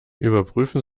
überprüfen